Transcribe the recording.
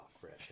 fresh